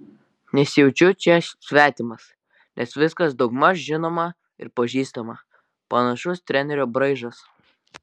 nesijaučiu čia svetimas nes viskas daugmaž žinoma ir pažįstama panašus trenerio braižas